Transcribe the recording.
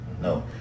No